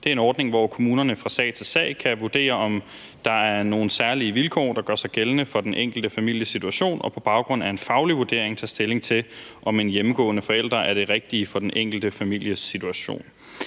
Det er en ordning, hvor kommunerne fra sag til sag kan vurdere, om der er nogle særlige vilkår, der gør sig gældende for den enkelte families situation og på baggrund af en faglig vurdering tager stilling til, om en hjemmegående forælder er det rigtige for den enkelte families situation.